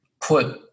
put